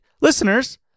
listeners